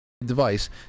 device